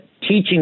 teaching